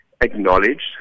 acknowledged